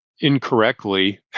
incorrectly